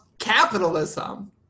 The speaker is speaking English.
capitalism